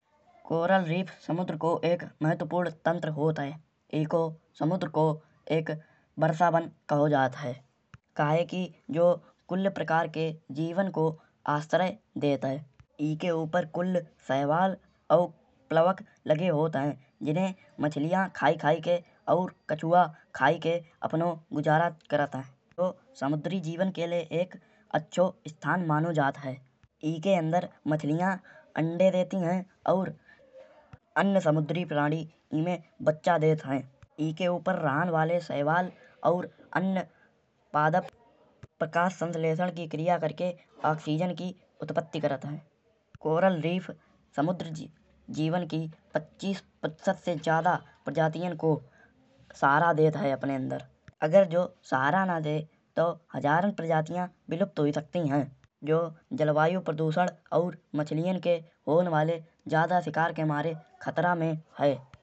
कोरल द्वीप समुद्र को एक महत्वपूर्ण तंत्र होत है। एको समुद्र को एक वर्षावन कहो जात है। काहेकि जो कुल प्रकार के जीवन को आश्रय देत है। एके ऊपर कुल शैवाल और प्लवक लगे होत है। जिन्हे मछलिया खायके खायके और कछुआ खायके अपनो गुजारा करत है। तो समुद्री जीवन के लय एक अच्छो स्थान मानो जात है। एके अंदर मछलिया अंडे देती है और अन्य समुद्री प्राणी बच्चा देत है। एके ऊपर रहे वाले शैवाल और अन्य पादप प्रकाशसंलेशद की क्रिया करके ऑक्सीजन की उत्पादन करात है। कोरल द्वीप समुद्र जीवन की पच्चीस प्रतिशत से ज्यादे प्रजातियाँ को सहारा देत है अपने अंदर। अगर जो सहारा ना दे तो हजारो प्रजातियाँ विलुप्त हुई सकती है। जो जलवायु प्रदूषद और मछलिया के होन वाले ज्यादे शिकार के मारे खतरा में है।